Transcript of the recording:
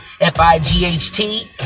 F-I-G-H-T